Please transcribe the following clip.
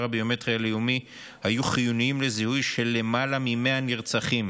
הביומטרי הלאומי היו חיוניים לזיהוי של למעלה מ-100 נרצחים.